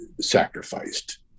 sacrificed